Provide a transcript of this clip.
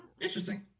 Interesting